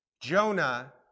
Jonah